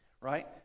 right